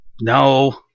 No